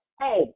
Hey